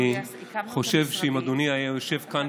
אני חושב שאם אדוני היה יושב כאן